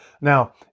Now